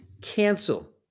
cancel